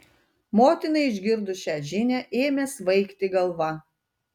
motinai išgirdus šią žinią ėmė svaigti galva